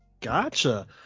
Gotcha